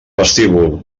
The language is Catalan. vestíbul